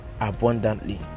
abundantly